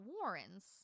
Warrens